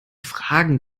fragen